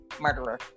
murderer